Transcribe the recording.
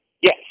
Yes